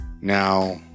Now